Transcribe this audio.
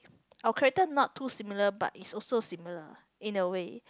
our character not too similar but is also similar in a way